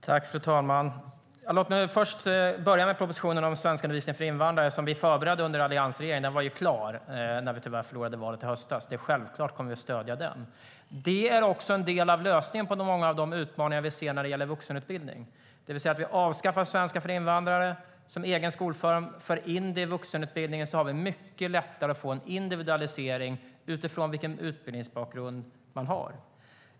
Fru talman! Låt mig börja med propositionen om svenskundervisningen för invandrare, som vi förberedde under alliansregeringens tid. Den var klar när vi tyvärr förlorade valet i höstas. Självklart kommer vi att stödja den. Detta är också en del av lösningen på många av de utmaningar vi ser när det gäller vuxenutbildning. Vi avskaffar alltså svenska för invandrare som egen skolform och för in det i vuxenutbildningen. Då har vi mycket lättare att få en individualisering utifrån vilken utbildningsbakgrund man har.